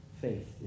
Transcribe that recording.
Faith